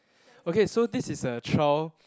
okay so this is a trial